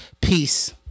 Peace